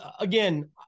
again